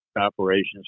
operations